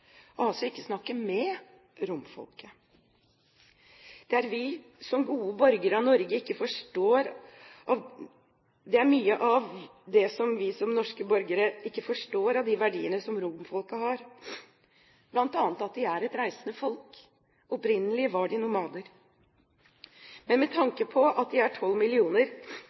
romfolket – man har altså ikke snakket med romfolket. Det er mye vi som norske borgere ikke forstår av de verdiene som romfolket har, bl.a. at de er et reisende folk. Opprinnelig var de nomader, men med tanke på at de er 12 millioner,